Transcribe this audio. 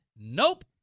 Nope